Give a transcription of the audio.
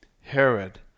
Herod